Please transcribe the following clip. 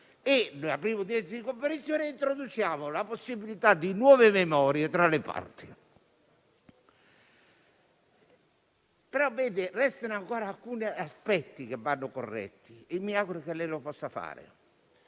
udienza di comparizione introduciamo la possibilità di nuove memorie tra le parti. Restano, però, ancora alcuni aspetti che vanno corretti e mi auguro che lei lo possa fare.